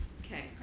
okay